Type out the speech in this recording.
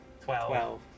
Twelve